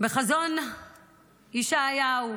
בחזון ישעיהו